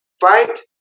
fight